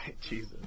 Jesus